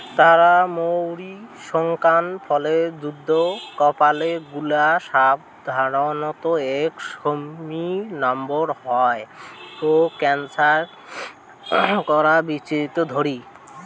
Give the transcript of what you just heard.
তারা মৌরি শুকান ফলের যুদা কার্পেল গুলা সাধারণত এক সেমি নম্বা হয় ও এ্যাকনা একক বীচি ধরি